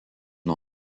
nuo